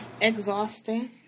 exhausting